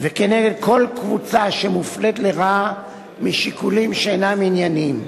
וכנגד כל קבוצה שמופלית לרעה משיקולים שאינם ענייניים: